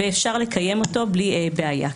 ואפשר לקיים אותו בלי בעיה.